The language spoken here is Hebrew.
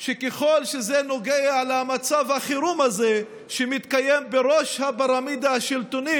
שככל שזה נוגע למצב החירום הזה שמתקיים בראש הפירמידה השלטונית,